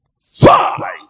fight